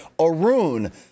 arun